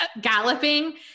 galloping